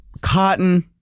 cotton